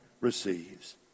receives